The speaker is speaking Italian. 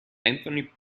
anthony